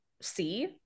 see